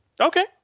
Okay